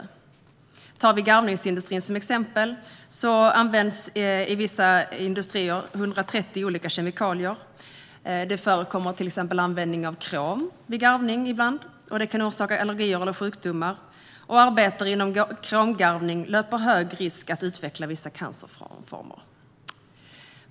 Låt oss ta garvningsindustrin som exempel. I vissa industrier används 130 olika kemikalier. Ibland förekommer användning av krom vid garvning, vilket kan orsaka allergier och sjukdomar. Arbetare inom kromgarvning löper hög risk att utveckla vissa cancerformer.